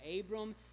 Abram